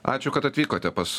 ačiū kad atvykote pas